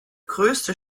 größte